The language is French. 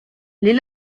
les